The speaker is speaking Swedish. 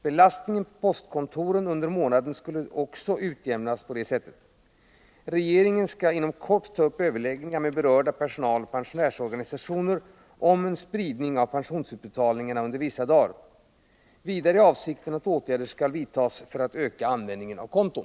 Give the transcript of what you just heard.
Belastningen på postkontoren under månaden skulle härigenom också utjämnas. Regeringen kommer inom kort att ta upp överläggningar med berörda personaloch pensionärsorganisationer om en spridning av pensionsutbetalningarna under vissa dagar. Vidare är avsikten att åtgärder skall vidtas för att öka användningen av konton.